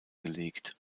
gelegt